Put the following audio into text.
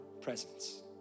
presence